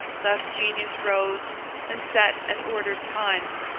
thus genius rose and set at ordered times,